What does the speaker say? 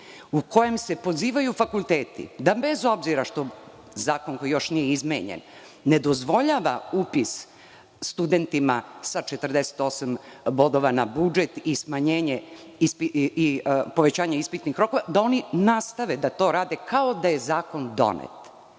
u kojem se pozivaju fakulteti, bez obzira što zakon još nije izmenjen, da ne dozvole upis studentima sa 48 bodova na budžet i povećanje ispitnih rokova, da oni nastave to da rade kao da je zakon donet. To